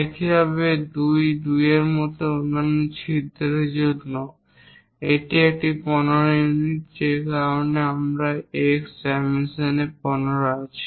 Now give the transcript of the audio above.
একইভাবে 2 2 এর মতো অন্যান্য ছিদ্রের জন্য এটি একটি 15 ইউনিট যে কারণে আমাদের এই X ডাইমেনশন 15 আছে